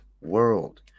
world